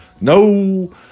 No